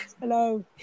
Hello